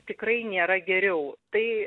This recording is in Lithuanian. tikrai nėra geriau tai